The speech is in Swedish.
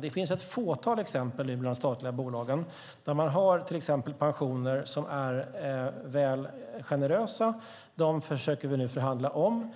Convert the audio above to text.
Det finns nu ett fåtal exempel bland de statliga bolagen där man till exempel har pensioner som är väl generösa. De försöker vi nu förhandla om.